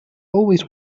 always